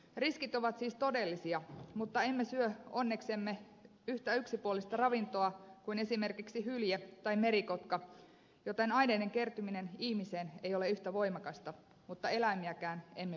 riskit ovat siis todellisia mutta emme syö onneksemme yhtä yksipuolista ravintoa kuin esimerkiksi hylje tai merikotka joten aineiden kertyminen ihmiseen ei ole yhtä voimakasta mutta eläimiäkään emme voi hyljätä